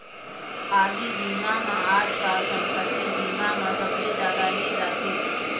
आगी बीमा ह आजकाल संपत्ति बीमा म सबले जादा ले जाथे